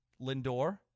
Lindor